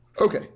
okay